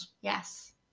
yes